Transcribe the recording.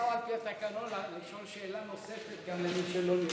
מותר על פי התקנון לשאול שאלה נוספת גם למי שלא,